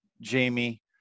Jamie